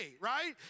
right